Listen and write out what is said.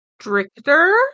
stricter